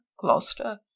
gloucester